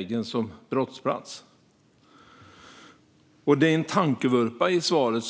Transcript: används som brottsplats. Ministern gör också en tankevurpa i svaret.